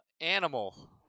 Animal